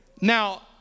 Now